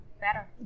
better